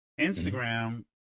Instagram